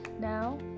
Now